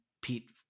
Pete